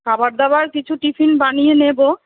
খাবার দাবার কিছু টিফিন বানিয়ে নেবো